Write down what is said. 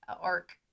arc